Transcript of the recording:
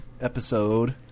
episode